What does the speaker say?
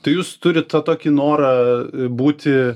tai jūs turit tą tokį norą būti